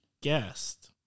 guest